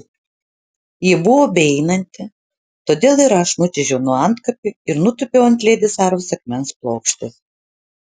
ji buvo beeinanti todėl ir aš nučiuožiau nuo antkapio ir nutūpiau ant ledi saros akmens plokštės